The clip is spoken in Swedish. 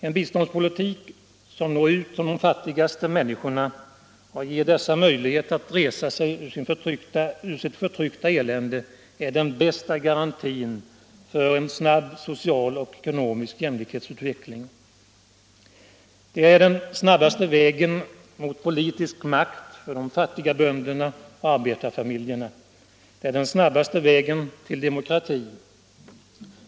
En biståndspolitik som når ut till de fattigaste människorna och ger dessa möjligheter att resa sig ur sitt förtryckta elände är den bästa garantin för en snabb social och ekonomisk jämlikhetsutveckling. Det är den snabbaste vägen mot politisk makt för de fattiga bönderna och arbetarfamiljerna. Det är den snabbaste vägen till demokrati.